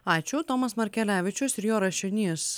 ačiū tomas markelevičius ir jo rašinys